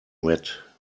wet